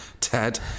Ted